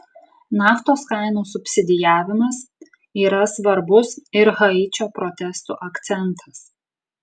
naftos kainų subsidijavimas yra svarbus ir haičio protestų akcentas